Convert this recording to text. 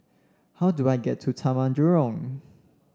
how do I get to Taman Jurong